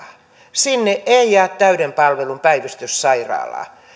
sinne ei jää täyden palvelun päivystyssairaalaa